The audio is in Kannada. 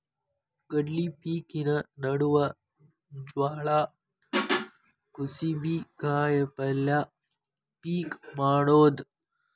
ಕಡ್ಲಿ ಪಿಕಿನ ನಡುವ ಜ್ವಾಳಾ, ಕುಸಿಬಿ, ಕಾಯಪಲ್ಯ ಪಿಕ್ ಮಾಡುದ